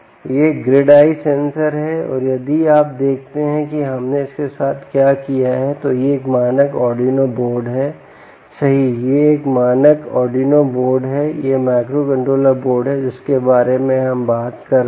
यह grid eye sensor है और यदि आप देखते हैं कि हमने इसके साथ क्या किया है तो यह एक मानक Arduino बोर्ड है सही यह एक मानक Arduino बोर्ड है यह माइक्रोकंट्रोलर बोर्ड है जिसके बारे में हम बात कर रहे हैं